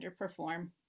underperform